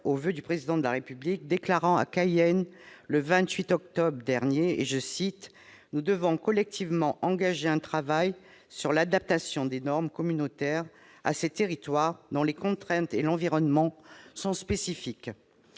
au voeu du Président de la République, qui déclarait à Cayenne, le 27 octobre dernier, que « nous devons collectivement engager un travail sur l'adaptation des normes communautaires à ces territoires dont les contraintes et l'environnement sont spécifiques ».